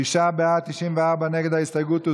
תשעה בעד, 94 נגד ההסתייגות.